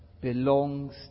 belongs